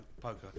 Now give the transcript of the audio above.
poker